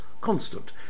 constant